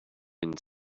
been